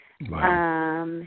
Wow